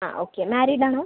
ആ okay married ആണോ